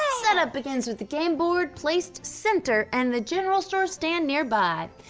ah setup begins with the game board placed center and the general store stand nearby.